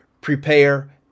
prepare